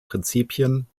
prinzipien